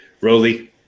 Roly